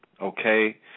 okay